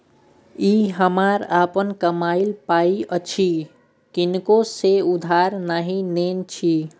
ई हमर अपन कमायल पाय अछि किनको सँ उधार नहि नेने छी